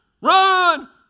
Run